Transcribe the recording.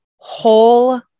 whole